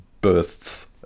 bursts